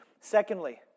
Secondly